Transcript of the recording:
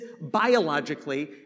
biologically